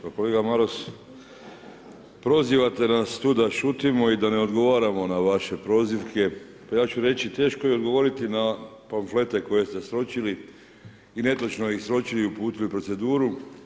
Pa kolega Maras, prozivate nas tu da šutimo i da ne odgovaramo na vaše prozivke, pa ja ću reći teško je odgovoriti na pamflete koje ste sročili i netočno ih sročili i uputili u proceduru.